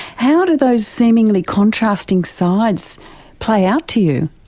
how do those seemingly contrasting sides play out to you?